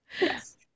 Yes